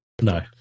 no